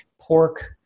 pork